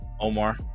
Omar